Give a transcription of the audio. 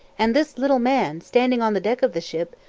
and this little man standing on the deck of the ship,